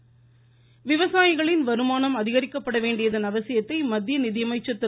அருண்ஜேட்லி விவசாயிகளின் வருமானம் அதிகரிக்கப்பட வேண்டியதன் அவசியத்தை மத்திய நிதியமைச்சர் திரு